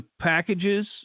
packages